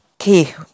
Okay